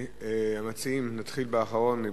המציעים, נתחיל באחרון.